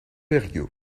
berrios